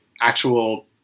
actual